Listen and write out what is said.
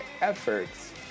efforts